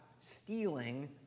stealing